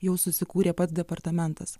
jau susikūrė pats departamentas